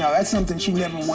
yeah that's something she never